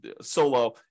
solo